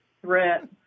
threat